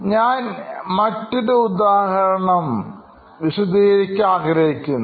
ഞാൻ മറ്റൊരു ഉദാഹരണത്തിന് പോവുകയാണ്